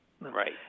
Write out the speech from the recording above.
Right